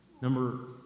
Number